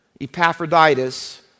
Epaphroditus